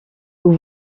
vous